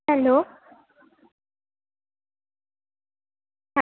hello